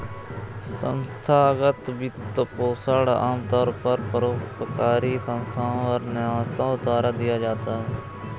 संस्थागत वित्तपोषण आमतौर पर परोपकारी संस्थाओ और न्यासों द्वारा दिया जाता है